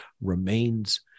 remains